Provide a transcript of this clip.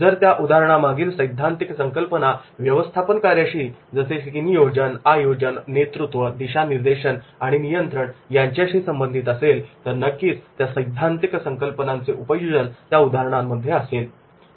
जर त्या उदाहरणा मागील सैद्धांतिक संकल्पना व्यवस्थापन कार्याशी जसे की नियोजन आयोजन नेतृत्व दिशा निर्देशन आणि नियंत्रण यांच्याशी संबंधित असेल तर नक्कीच त्या सैद्धांतिक संकल्पनांचे उपयोजन त्या उदाहरणांमध्ये असेल